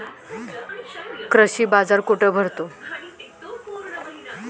कृषी बाजार कुठे भरतो?